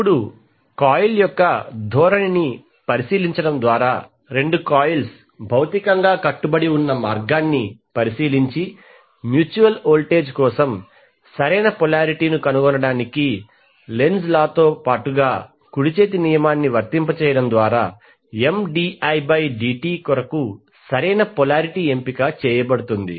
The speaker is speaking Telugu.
ఇప్పుడు కాయిల్ యొక్క ధోరణిని పరిశీలించడం ద్వారా రెండు కాయిల్స్ భౌతికంగా కట్టుబడి ఉన్న మార్గాన్ని పరిశీలించి మ్యూచువల్ వోల్టేజ్ కోసం సరైనపొలారిటీ ను కనుగొనడానికి లెంజ్ లా తో పాటుగా కుడి చేతి నియమాన్ని వర్తింపజేయడం ద్వారా Mdidt కొరకు సరైన పొలారిటీ ఎంపిక చేయబడుతుంది